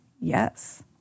Yes